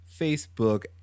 Facebook